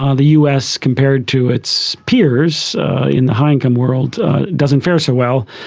ah the us compared to its peers in the high income world doesn't fare so well.